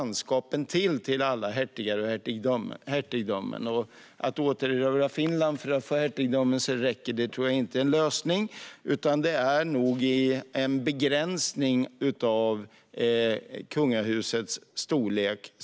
Landskapen räcker snart inte till åt alla hertigar och hertiginnor, och att återerövra Finland för att få hertigdömen så att det räcker är inte en lösning. I stället ligger nog lösningen i en begränsning av kungahusets storlek.